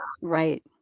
Right